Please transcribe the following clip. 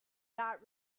that